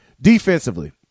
Defensively